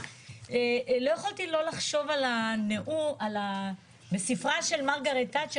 ולא יכולתי לא לחשוב בספרה של מרגרט תאצ'ר